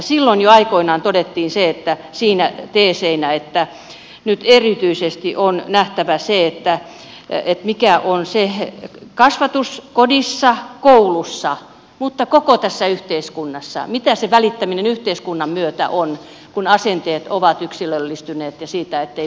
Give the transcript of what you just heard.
silloin jo aikoinaan todettiin teeseinä se että nyt erityisesti on nähtävä mikä on kasvatus kodissa koulussa mutta koko tässä yhteiskunnassa mitä se välittäminen yhteiskunnan myötä on kun asenteet ovat yksilöllistyneet eikä puututa